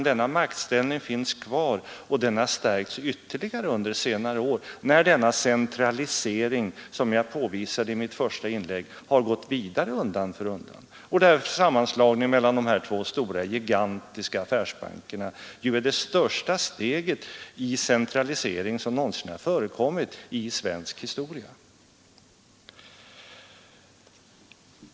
Denna maktställning finns kvar och den har stärkts ytterligare under senare år när den centralisering som jag påvisade i mitt första inlägg har gått vidare undan för undan. Sammanslagningen mellan de två största affärsbankerna är det största steget mot en centralisering som någonsin förekommit i svensk historia.